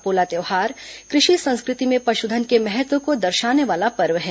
पोला त्यौहार कृषि संस्कृति में पशुधन के महत्व को दर्शाने वाला पर्व है